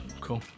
cool